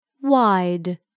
Wide